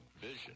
vision